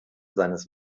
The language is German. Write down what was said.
seines